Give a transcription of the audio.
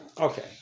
Okay